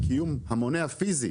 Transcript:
המילה "מסוים"?